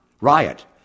Riot